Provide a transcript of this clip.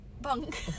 Bunk